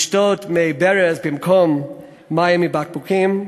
לשתות מי ברז במקום מים מבקבוקים,